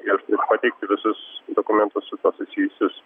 ir pateikti visus dokumentus su tuo susijusius